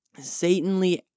Satanly